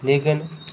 लेकिन